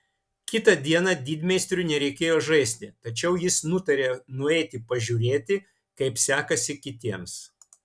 kitą dieną didmeistriui nereikėjo žaisti tačiau jis nutarė nueiti pažiūrėti kaip sekasi kitiems